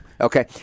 Okay